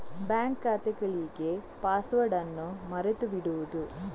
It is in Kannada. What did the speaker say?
ಬ್ಯಾಂಕ್ ಖಾತೆಗಳಿಗೆ ಪಾಸ್ವರ್ಡ್ ಅನ್ನು ಮರೆತು ಬಿಡುವುದು